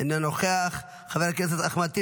אינו נוכח, חבר הכנסת אחמד טיבי.